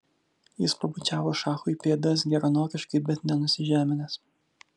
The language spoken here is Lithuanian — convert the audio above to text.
jis pabučiavo šachui pėdas geranoriškai bet ne nusižeminęs